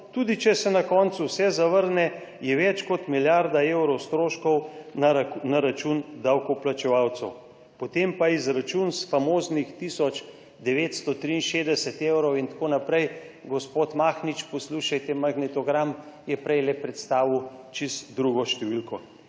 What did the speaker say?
tudi če se na koncu vse zavrne, je več kot milijarda evrov stroškov na račun davkoplačevalcev… » Potem pa izračun famoznih tisoč 963 triinšestdeset evrov in tako naprej, gospod Mahnič - poslušajte magnetogram – je maloprej predstavil povsem drugo številko.